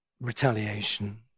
retaliation